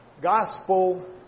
gospel